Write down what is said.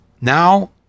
now